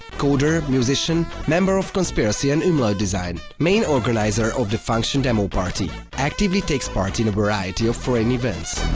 coder, musician, member of conspiracy and umlaut design. main organizer of the function demoparty, actively takes part in a variety of foreign events.